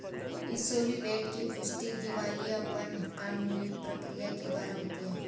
insolvent की पुष्टि दिवालियापन कानूनी प्रक्रिया के द्वारा होती है